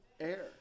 Air